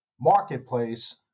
marketplace